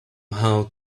how